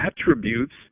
attributes